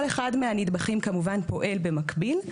כל אחד מהנדבכים כמובן פועל במקביל,